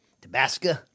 Tabasco